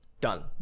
done